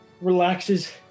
relaxes